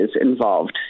involved